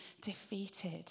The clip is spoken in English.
defeated